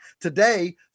today